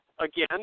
again